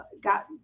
got